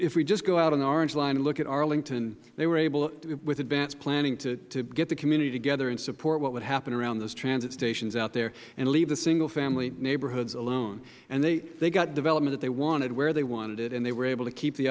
if we just go out on the orange line and look at arlington they were able with advanced planning to get the community together and support what would happen around those transit stations out there and leave the single family neighborhoods alone they got the development that they wanted where they wanted it and they were able to keep the